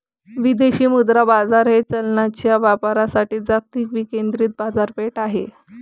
विदेशी मुद्रा बाजार हे चलनांच्या व्यापारासाठी जागतिक विकेंद्रित बाजारपेठ आहे